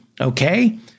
Okay